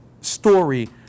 story